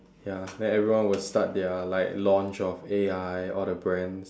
ya then everyone will start their like launch of A_I all the brands